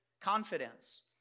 confidence